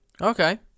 okay